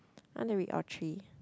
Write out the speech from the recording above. I want to read all three